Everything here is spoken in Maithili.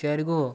चारिगो